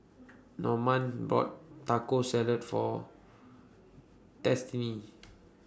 Normand bought Taco Salad For Destiney